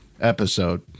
episode